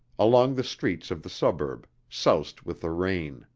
along the streets of the suburb, soused with the rain.